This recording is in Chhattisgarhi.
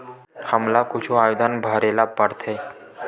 हमला कुछु आवेदन भरेला पढ़थे?